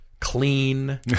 clean